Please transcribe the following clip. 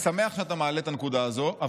אני שמח שאתה מעלה את הנקודה הזו.